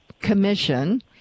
Commission